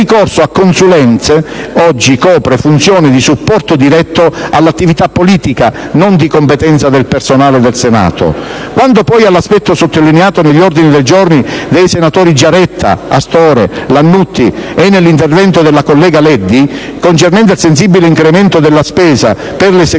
il ricorso a consulenze copre funzione di supporto diretto all'attività politica non di competenza del personale del Senato. Quanto poi all'aspetto, sottolineato negli ordini del giorni dei senatori Giaretta, Astore, Lannutti e nell'intervento della collega Leddi, concernente il sensibile incremento della spesa per le segreterie